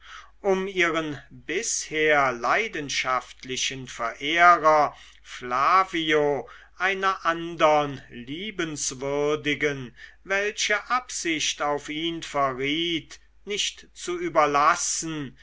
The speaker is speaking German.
um ihren bisher leidenschaftlichen verehrer flavio einer andern liebenswürdigen welche absicht auf ihn verriet nicht zu überlassen